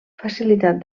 facilitat